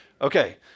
Okay